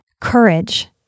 Courage